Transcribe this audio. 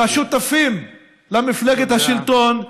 לשותפים למפלגת השלטון,